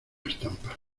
estampa